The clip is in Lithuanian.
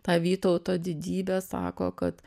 tą vytauto didybę sako kad